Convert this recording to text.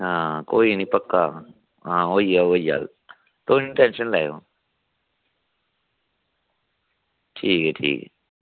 हां कोई नी पक्का होई जाह्ग होई जाह्ग कोई नी टैंशन नी लैयो ठीक ऐ ठीक ऐ